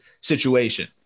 situation